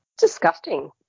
Disgusting